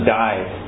died